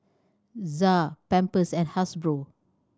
ZA Pampers and Hasbro